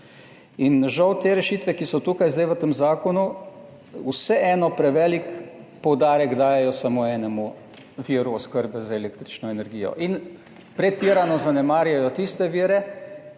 Žal te rešitve, ki so zdaj tukaj v tem zakonu, vseeno prevelik poudarek dajejo samo enemu viru oskrbe z električno energijo in pretirano zanemarjajo tiste vire,